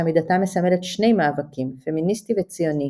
שעמידתה מסמלת שני מאבקים - פמיניסטי וציוני,